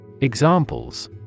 Examples